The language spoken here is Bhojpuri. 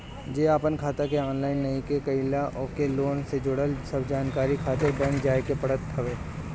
जे आपन खाता के ऑनलाइन नइखे कईले ओके लोन से जुड़ल सब जानकारी खातिर बैंक जाए के पड़त हवे